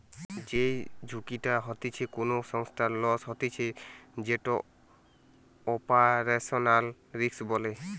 যেই ঝুঁকিটা হইতে কোনো সংস্থার লস হতিছে যেটো অপারেশনাল রিস্ক বলে